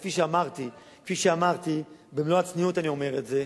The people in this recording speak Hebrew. כפי שאמרתי, במלוא הצניעות אני אומר את זה,